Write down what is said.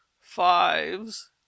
fives